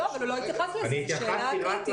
זו שאלה קריטית.